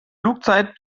flugzeit